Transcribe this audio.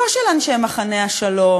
לא של אנשי מחנה השלום,